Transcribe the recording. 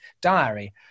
diary